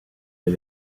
les